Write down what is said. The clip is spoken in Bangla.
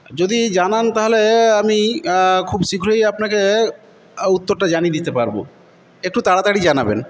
যদি জানান তাহলে আমি খুব শীঘ্রই আপনাকে উত্তরটা জানিয়ে দিতে পারবো একটু তাড়াতাড়ি জানাবেন